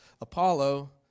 Apollo